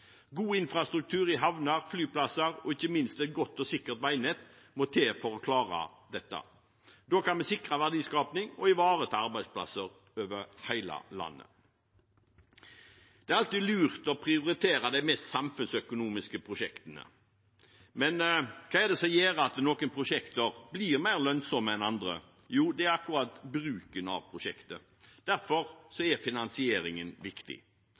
God infrastruktur i havner, flyplasser og ikke minst et godt og sikkert veinett må til for å klare dette. Da kan vi sikre verdiskaping og ivareta arbeidsplasser over hele landet. Det er alltid lurt å prioritere de mest samfunnsøkonomiske prosjektene. Men hva er det som gjør at noen prosjekter blir mer lønnsomme enn andre? Jo, det er akkurat bruken av prosjektet. Derfor er finansieringen viktig.